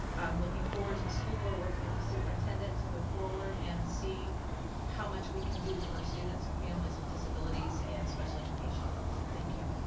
i'm looking forward to the school board working with the superintendent to move forward and see how much we can do for students and families with disabilities in and special education. so thank you.